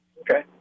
Okay